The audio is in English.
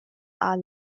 are